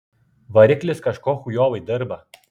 variklis kažko chujovai dirba